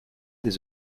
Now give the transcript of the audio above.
des